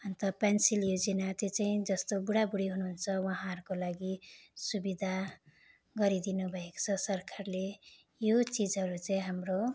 अन्त पेन्सन योजना त्यो चाहिँ जस्तो बुढाबुढी हुनुहुन्छ उहाँहरूको लागि सुविधा गरिदिनु भएको छ सरकारले यो चिजहरू चाहिँ हाम्रो